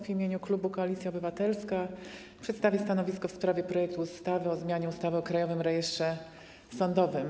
W imieniu klubu Koalicja Obywatelska przedstawię stanowisko w sprawie projektu ustawy o zmianie ustawy o Krajowym Rejestrze Sądowym.